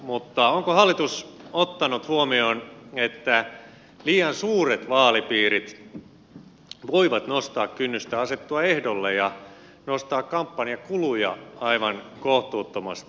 mutta onko hallitus ottanut huomioon että liian suuret vaalipiirit voivat nostaa kynnystä asettua ehdolle ja nostaa kampanjakuluja aivan kohtuuttomasti